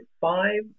five